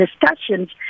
discussions